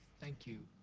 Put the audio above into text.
thank you.